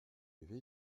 lever